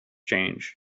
change